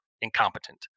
incompetent